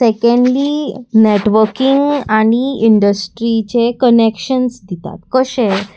secondly networking आनी इंडस्ट्रीचे connections दितात कशे